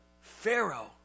Pharaoh